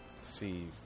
See